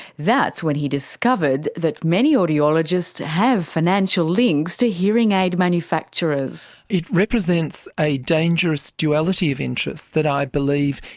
that's when he discovered that many audiologists have financial links to hearing aid manufacturers. it represents a dangerous duality of interest that i believe,